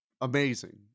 amazing